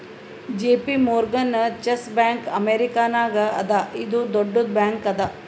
JP Morgan Chase bank ಅಮೇರಿಕಾನಾಗ್ ಅದಾ ಇದು ದೊಡ್ಡುದ್ ಬ್ಯಾಂಕ್ ಅದಾ